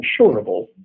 insurable